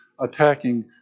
attacking